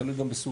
תלוי גם בסוג.